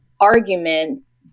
arguments